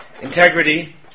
integrity